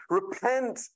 repent